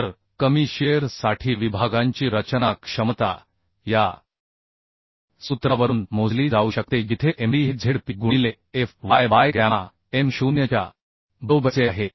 तर कमी शिअर साठी विभागांची रचना क्षमता या सूत्रावरून मोजली जाऊ शकते जिथे Md हे zp गुणिले Fy बाय गॅमा m 0 च्या बरोबरीचे आहे